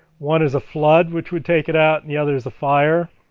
one is a flood which would take it out, the other is a fire,